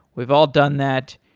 we've all done that,